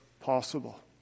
possible